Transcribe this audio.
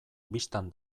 bistan